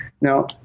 Now